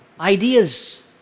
ideas